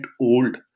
old